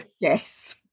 yes